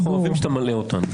אנחנו אוהבים שאתה מלאה אותנו.